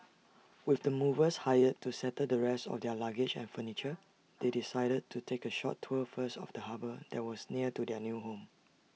with the movers hired to settle the rest of their luggage and furniture they decided to take A short tour first of the harbour that was near to their new home